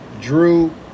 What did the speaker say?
Drew